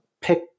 Pick